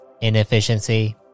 Inefficiency